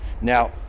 Now